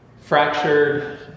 fractured